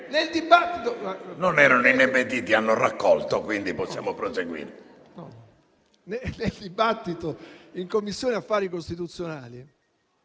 Nel dibattito in Commissione affari costituzionali